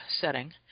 setting